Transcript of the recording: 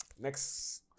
Next